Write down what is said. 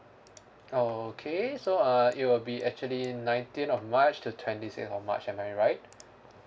oh okay so uh it will be actually nineteen of march till twenty six of march am I right